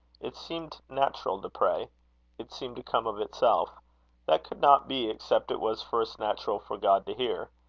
it seemed natural to pray it seemed to come of itself that could not be except it was first natural for god to hear.